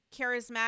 charismatic